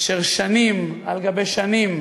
אשר שנים על גבי שנים